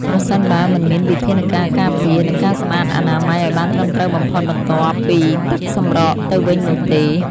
ប្រសិនបើមិនមានវិធានការការពារ និងការសម្អាតអនាម័យឱ្យបានត្រឹមត្រូវបំផុតបន្ទាប់ពីទឹកសម្រកទៅវិញនោះទេ។